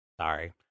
Sorry